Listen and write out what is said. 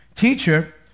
teacher